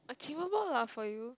achievable lah for you